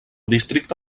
districte